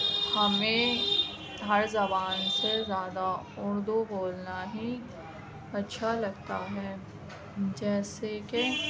ہمیں ہر زبان سے زیادہ اُردو بولنا ہی اچھا لگتا ہے جیسے کہ